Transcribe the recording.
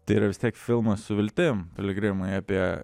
tai yra vis tiek filmas su viltim piligrimai apie